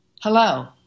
Hello